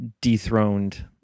dethroned